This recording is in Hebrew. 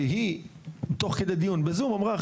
שהיא תוך כדי דיון בזום אמרה,